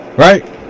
Right